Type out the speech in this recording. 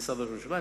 משרד ראש הממשלה,